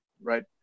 right